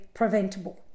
preventable